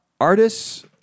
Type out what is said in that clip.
Artists